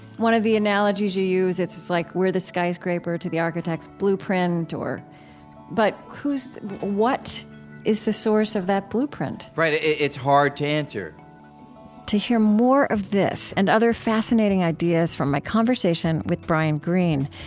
one of the analogies you used it's it's like we're the skyscraper to the architect's blueprint, or but who's what is the source of that blueprint? right. it's hard to answer to hear more of this and other fascinating ideas from my conversation with brian greene,